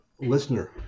listener